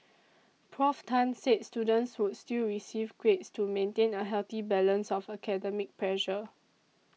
Prof Tan said students would still receive grades to maintain a healthy balance of academic pressure